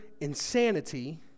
insanity